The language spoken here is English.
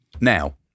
Now